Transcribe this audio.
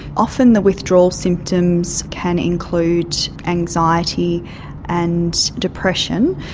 often the withdrawal symptoms can include anxiety and depression,